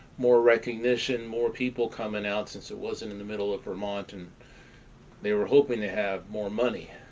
more recognition, more people coming out, since it wasn't in the middle of vermont. and they were hoping to have more money.